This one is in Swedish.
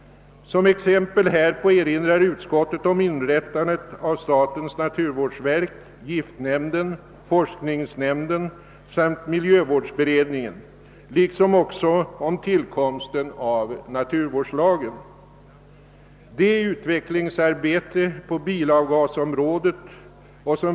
Som exempel härpå erinrar utskottet om inrättandet av statens naturvårdsverk, giftnämnden, forskningsnämnden samt miljövårdsberedningen liksom om tillkomsten av naturvårdslagen. Det utvecklingsarbete på bilavgasområdet som.